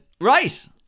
right